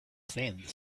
thing